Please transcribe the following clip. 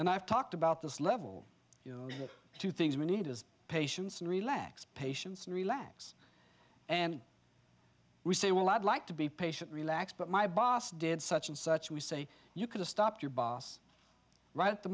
and i've talked about this level two things we need as patients and relax patients and relax and we say well i'd like to be patient relax but my boss did such and such we say you could have stopped your boss right